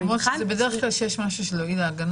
זה בדרך כלל כשיש משהו --- ההגנה,